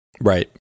Right